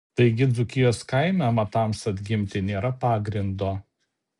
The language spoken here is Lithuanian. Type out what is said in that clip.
taigi dzūkijos kaime amatams atgimti nėra pagrindo